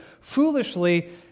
foolishly